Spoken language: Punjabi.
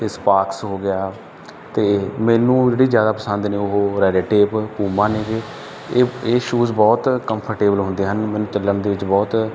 ਅਤੇ ਸਪਾਰਕਸ ਹੋ ਗਿਆ ਅਤੇ ਮੈਨੂੰ ਜਿਹੜੇ ਜ਼ਿਆਦਾ ਪਸੰਦ ਨੇ ਉਹ ਰੈਡ ਟੇਪ ਪੂਮਾ ਨੇਗੇ ਇਹ ਇਹ ਸ਼ੂਜ ਬਹੁਤ ਕੰਫਰਟੇਬਲ ਹੁੰਦੇ ਹਨ ਮੈਨੂੰ ਚੱਲਣ ਦੇ ਵਿੱਚ ਬਹੁਤ